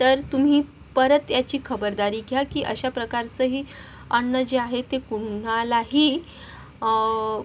तर तुम्ही परत याची खबरदारी घ्या की अशाप्रकारचं हे अन्न जे आहे ते कोणालाही